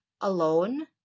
alone